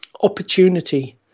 opportunity